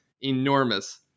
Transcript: enormous